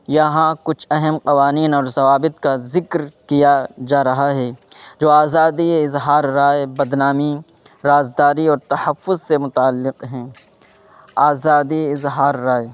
یہاں کچھ اہم قوانین اور ضوابط کا ذکر کیا جا رہا ہے جو آزادی اظہار رائے بدنامی راز داری اور تحفظ سے متعلق ہیں آزادی اظہار رائے